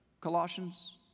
Colossians